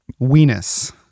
weenus